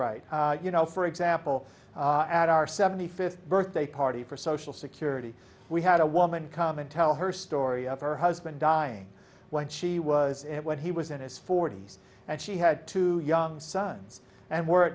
right you know for example at our seventy fifth birthday party for social security we had a woman come and tell her story of her husband dying when she was when he was in his forty's and she had two young sons and were